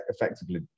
effectively